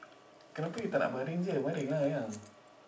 kenapa you tak nak baring je baring lah sayang